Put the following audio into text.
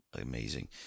amazing